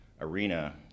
arena